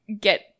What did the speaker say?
get